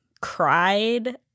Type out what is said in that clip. cried